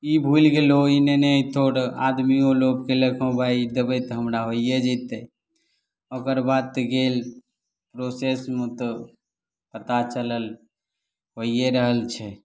ई भूलि गेलहो ई लेने अयतौ रऽ आदमियो लोभ कयलक हँ भाइ ई देबै तऽ हमरा होइए जेतै ओकर बाद तऽ गेल प्रॉसेसमे तऽ पता चलल होइए रहल छै